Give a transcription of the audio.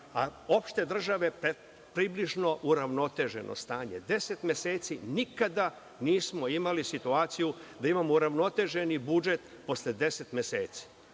a opšte države 15, približno uravnoteženo stanje. Deset meseci, nikada nismo imali situaciju da imamo uravnoteženi budžet posle 10